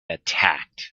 attacked